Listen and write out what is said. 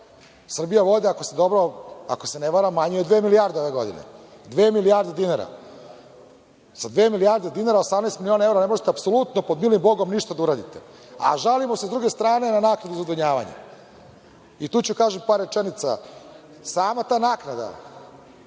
Srbija vode, ako se ne varam, manje je od dve milijarde ove godine, dve milijarde dinara. Sa dve milijarde dinara, 18 miliona evra, ne možete apsolutno, pod milim bogom, ništa da uradite, a žalimo se sa druge strane na naknadu za odvodnjavanje. Tu ću reći par rečenica. Sama ta naknada